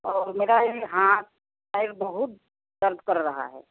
और मेरा यह हाथ पैर बहुत दर्द कर रहा है